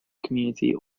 community